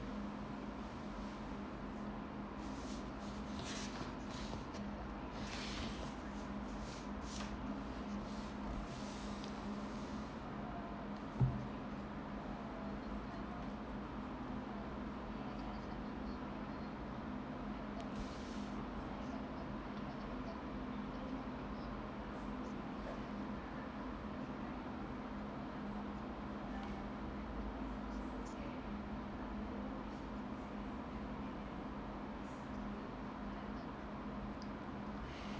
mm